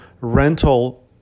rental